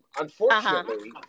Unfortunately